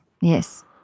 yes